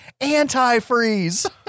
antifreeze